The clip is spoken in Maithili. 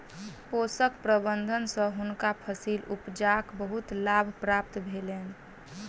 पोषक प्रबंधन सँ हुनका फसील उपजाक बहुत लाभ प्राप्त भेलैन